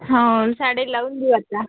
हां हो झाडे लावून घेऊ आता